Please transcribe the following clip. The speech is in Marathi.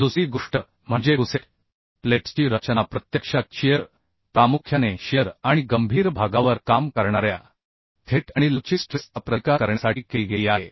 दुसरी गोष्ट म्हणजे गुसेट प्लेट्सची रचना प्रत्यक्षात शिअर प्रामुख्याने शिअर आणि गंभीर भागावर काम करणाऱ्या थेट आणि लवचिक स्ट्रेस चा प्रतिकार करण्यासाठी केली गेली आहे